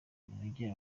binogeye